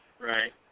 Right